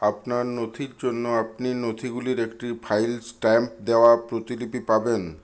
আপনার নথির জন্য আপনি নথিগুলির একটি ফাইল স্ট্যাম্প দেওয়া প্রতিলিপি পাবেন